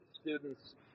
students